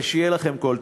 ושיהיה לכם כל טוב.